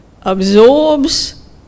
absorbs